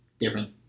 different